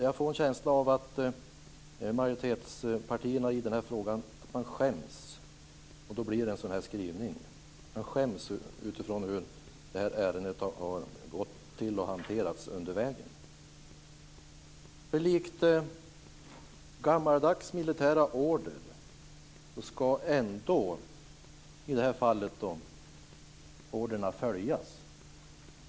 Jag får en känsla av att majoritetspartierna i denna fråga har skämts, och då blir det en sådan här skrivning. Man skäms utifrån hur det här ärendet har hanterats under vägen. Likt gammaldags militära order ska ändå i det här fallet orderna följas.